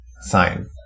sign